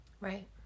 right